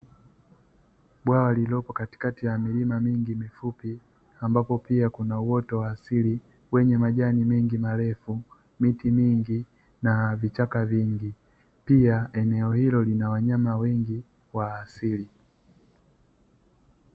Bwawa lililopo katikati ya milima mingi mifupi, ambapo pia kuna uoto wa asili wenye majani mengi marefu, miti mingi na vichaka vingi. Pia eneo hilo lina wanyama wengi wa asili.